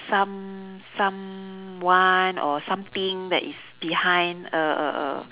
some someone or something that is behind a a a